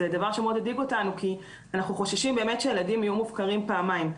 זה דבר שמאוד הדאיג אותנו כי אנחנו חוששים שהילדים יהיו מופקרים פעמיים,